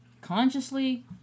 consciously